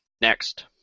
Next